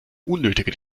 unnötige